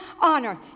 honor